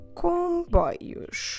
comboios